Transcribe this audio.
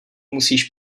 musíš